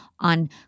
On